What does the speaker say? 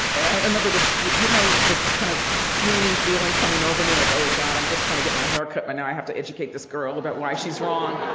i remember this, you know, this kind of swoony feeling coming over me, like, oh, god, i'm just trying to get my hair cut, but now i have to educate this girl about why she's wrong